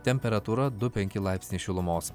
temperatūra du penki laipsniai šilumos